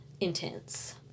intense